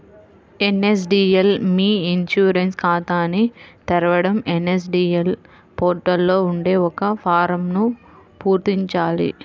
NSDL మీ e insurance ఖాతాని తెరవడం ఎన్.ఎస్.డి.ఎల్ పోర్టల్ లో ఉండే ఒక ఫారమ్ను పూరించాలి